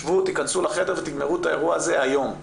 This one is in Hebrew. שבו, תיכנסו לחדר ותגמרו את האירוע הזה היום.